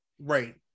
right